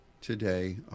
today—